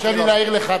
הרשה לי להעיר לך,